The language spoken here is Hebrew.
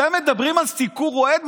אתם מדברים על סיקור אוהד?